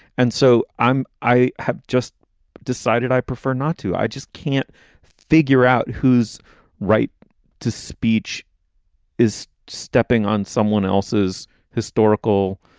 and so i'm i have just decided i prefer not to. i just can't figure out who's right to speech is stepping on someone else's historical.